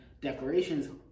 declarations